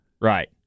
right